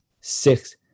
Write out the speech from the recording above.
Six